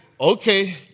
okay